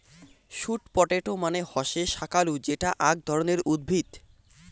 sweet potato মানে হসে শাকালু যেটা আক ধরণের উদ্ভিদ